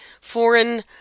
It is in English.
foreign